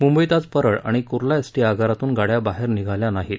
मुंबईत आज परळ आणि कुर्ला एसटी आगारातून गाड्या बाहेर निघाल्या नाहीत